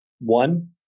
One